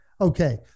Okay